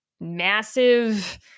massive